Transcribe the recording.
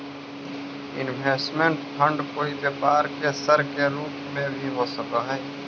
investment fund कोई व्यापार के सर के रूप में भी हो सकऽ हई